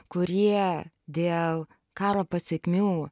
kurie dėl karo pasekmių